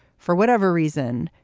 for whatever reason,